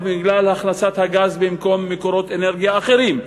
מהכנסת הגז במקום מקורות אנרגיה אחרים,